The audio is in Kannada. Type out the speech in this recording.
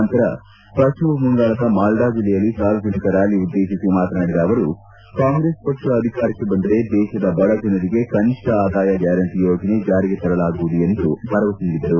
ನಂತರ ಪಟ್ಟಮ ಬಂಗಾಳದ ಮಾಲ್ಡಾ ಜಿಲ್ಲೆಯಲ್ಲಿ ಸಾರ್ವಜನಿಕ ರ್ನಾಲಿ ಉದ್ದೇತಿಸಿ ಮಾತನಾಡಿದ ಅವರು ಕಾಂಗ್ರೆಸ್ ಪಕ್ಷ ಅಧಿಕಾರಕ್ಷೆ ಬಂದರೆ ದೇತದ ಬಡಜನರಿಗೆ ಕನಿಷ್ಠ ಆದಾಯ ಗ್ಲಾರಂಟ ಯೋಜನೆ ಜಾರಿಗೆ ತರಲಾಗುವುದು ಎಂದು ಭರವಸೆ ನೀಡಿದರು